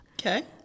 okay